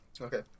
Okay